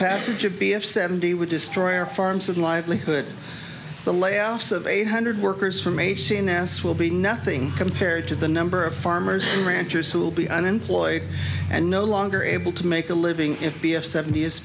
passage of b f seventy would destroy our farms and livelihood the layoffs of eight hundred workers from a cns will be nothing compared to the number of farmers and ranchers who will be unemployed and no longer able to make a living if b f seventy